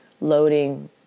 loading